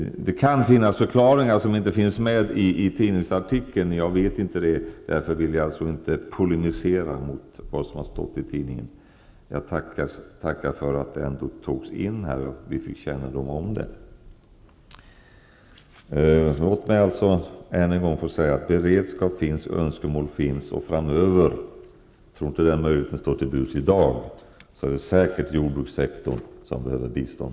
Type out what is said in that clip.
Det kan ju finnas förklaringar i det avseendet som inte finns med i tidningsartikeln. Men jag vet inte hur det förhåller sig, och därför vill jag inte polemisera mot vad som stått i tidningen. Jag tackar ändå för att detta togs med här, så att vi fick kännedom om de här sakerna. Ännu en gång vill jag säga: Beredskap finns, och önskemål finns. Framöver -- jag tror inte att den möjligheten står till buds i dag -- är det säkert jordbrukssektorn som behöver bistånd.